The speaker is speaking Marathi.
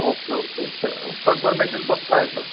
ओक्के ओक्के श् कन्फर्मेशन पक्कं आहे सर